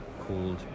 called